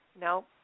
no